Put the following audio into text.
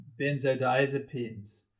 benzodiazepines